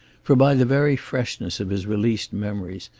for by the very freshness of his released memories,